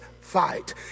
fight